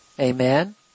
Amen